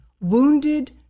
Wounded